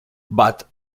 but